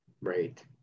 Right